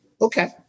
okay